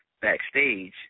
backstage